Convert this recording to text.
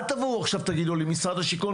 אל תבואו עכשיו ותגידו לי: משרד השיכון,